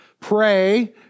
pray